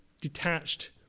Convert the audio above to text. detached